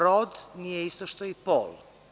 Rod nije isto što i pol.